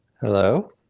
Hello